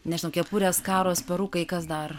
nežinau kepurė skaros perukai kas dar